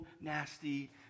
nasty